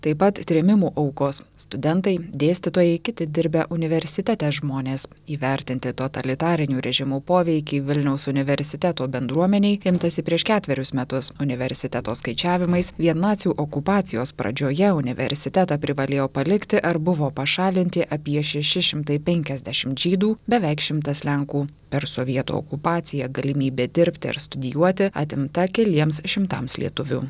taip pat trėmimų aukos studentai dėstytojai kiti dirbę universitete žmonės įvertinti totalitarinių režimų poveikį vilniaus universiteto bendruomenei imtasi prieš ketverius metus universiteto skaičiavimais vien nacių okupacijos pradžioje universitetą privalėjo palikti ar buvo pašalinti apie šeši šimtai penkiasdešimt žydų beveik šimtas lenkų per sovietų okupaciją galimybė dirbti ar studijuoti atimta keliems šimtams lietuvių